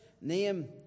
name